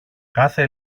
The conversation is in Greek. κάθε